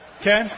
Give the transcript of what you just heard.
Okay